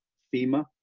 fema.